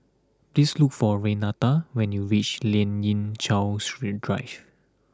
please look for Renata when you reach Lien Ying Chow strain Drive